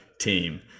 team